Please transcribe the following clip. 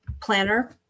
planner